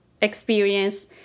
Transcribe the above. experience